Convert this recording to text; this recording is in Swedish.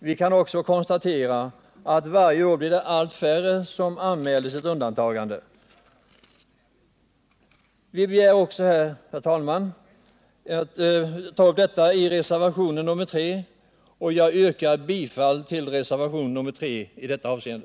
Vi kan också konstatera att det varje år blir allt färre som anmäler sitt undantagande. Herr talman! Jag yrkar bifall till reservationen 3.